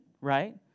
right